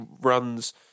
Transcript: runs